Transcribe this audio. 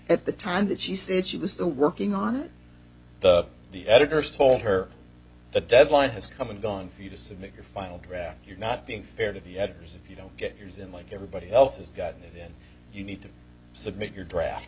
at the time that she said she was the working on the the editors told her the deadline has come and gone for you to submit your final draft you're not being fair to the editors if you don't get yours in like everybody else has gotten then you need to submit your draft